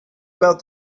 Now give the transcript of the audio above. about